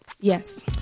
yes